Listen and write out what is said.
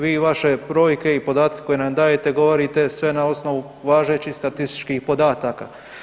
Vi i vaše brojke i podatke koje nam dajete, govorite sve na osnovu važećih statističkih podataka.